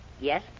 Yes